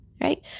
right